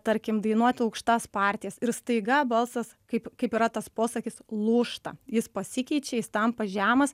tarkim dainuoti aukštas partijas ir staiga balsas kaip kaip yra tas posakis lūžta jis pasikeičia jis tampa žemas